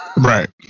Right